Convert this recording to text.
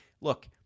Look